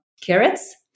carrots